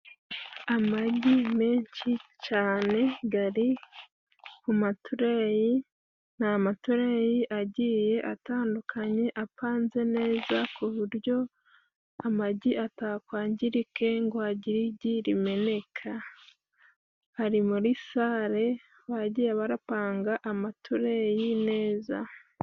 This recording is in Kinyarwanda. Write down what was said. Amagi menshi cane gari ku matureyi. Ni amatureyi agiye atandukanye apanze neza ku buryo amagi atakwangiririke ngo hagire igi rimeneka. Ari muri sale bagiye barapanga amatureyi neza.